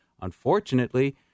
Unfortunately